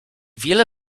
wiele